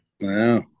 Wow